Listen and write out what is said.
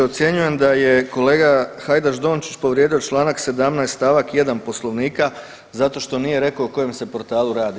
Ocjenjujem da je kolega Hajdaš Dončić povrijedio čl. 17. st. 1. poslovnika zato što nije rekao o kojem se portalu radi.